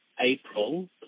April